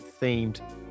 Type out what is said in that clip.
themed